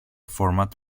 format